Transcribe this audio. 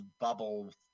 bubble